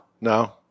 No